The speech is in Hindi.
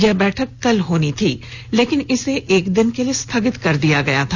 यह बैठक कल होनी थी लेकिन इसे एक दिन के लिए स्थगित कर दिया गया था